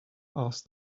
asked